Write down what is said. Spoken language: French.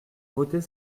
voter